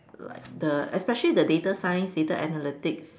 like the especially the data science data analytics